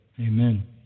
Amen